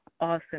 awesome